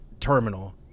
terminal